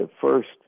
first